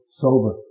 sober